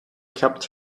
kept